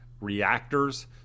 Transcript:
reactors